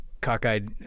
cockeyed